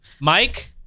mike